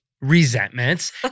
resentments